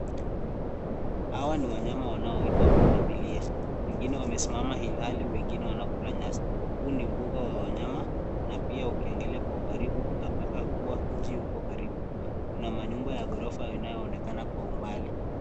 Hawa ni wanyama wanao itwa pundamilia, wengine wamesimama ilhali wengine wanakula nyasi. Huu ni mbunga wa wanyama na pia ukiangalia kwa ukaribu utapata kuwa mji uko karibu kuna manyumba ya ghorofa yanayo onekana kwa umbali.